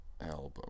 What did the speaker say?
album